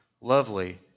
lovely